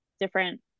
different